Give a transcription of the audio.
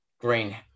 Green